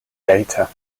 data